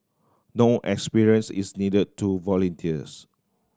experience is need to volunteers